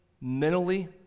mentally